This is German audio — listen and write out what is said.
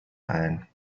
ein